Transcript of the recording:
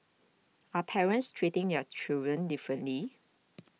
are parents treating their children differently